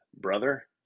brother